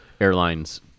airlines